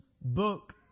book